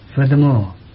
Furthermore